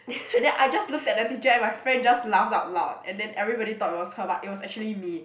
and then I just look at the teacher and my friend just laughed out loud and then everybody thought it was her but it was actually me